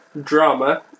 drama